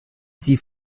sie